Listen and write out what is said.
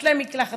יש להם מקלחת,